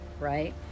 right